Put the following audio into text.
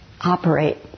operate